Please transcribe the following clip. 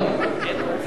כן כן.